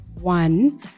One